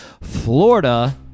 Florida